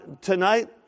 tonight